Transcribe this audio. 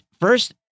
first